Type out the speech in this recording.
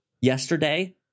yesterday